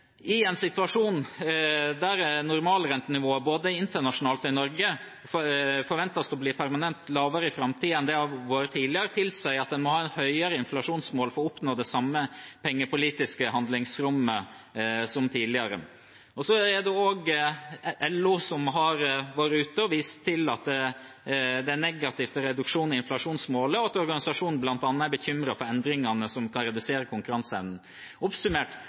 En situasjon der normalrentenivået både internasjonalt og i Norge forventes å bli permanent lavere i framtiden enn det har vært tidligere, tilsier at en må ha høyere inflasjonsmål for å oppnå det samme pengepolitiske handlingsrommet som tidligere. Så har også LO vært ute og vist til at det er negativt med reduksjon i inflasjonsmålet, og at organisasjonen bl.a. er bekymret for endringene som kan redusere konkurranseevnen. Oppsummert: